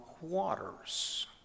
waters